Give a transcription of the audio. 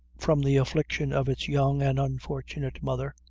from the affliction of its young and unfortunate mother,